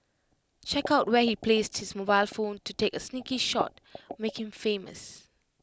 check out where he placed his mobile phone to take A sneaky shot make him famous